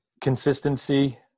consistency